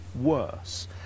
worse